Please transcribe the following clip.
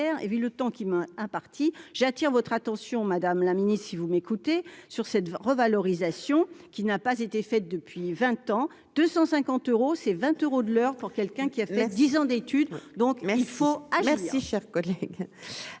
et vu le temps qui m'a un parti j'attire votre attention madame la Ministre, si vous m'écoutez sur cette revalorisation, qui n'a pas été fait depuis 20 ans, 250 euros c'est vingt euros de l'heure pour quelqu'un qui a fait 10 ans d'études. Donc, mais il faut aller merci, cher collègue,